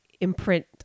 imprint